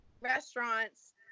restaurants